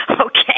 okay